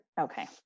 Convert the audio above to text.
Okay